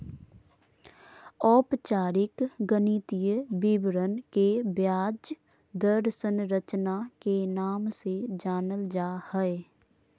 औपचारिक गणितीय विवरण के ब्याज दर संरचना के नाम से जानल जा हय